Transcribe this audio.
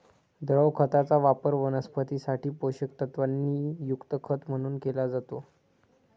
द्रव खताचा वापर वनस्पतीं साठी पोषक तत्वांनी युक्त खत म्हणून केला जातो